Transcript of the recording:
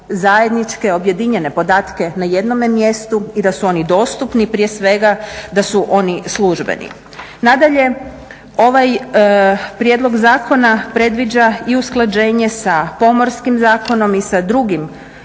zajedničke objedinjene podatke na jednome mjestu i da su oni dostupni prije svega da su oni službeni. Nadalje, ovaj prijedlog zakona predviđa i usklađenje sa Pomorskim zakonom i sa drugim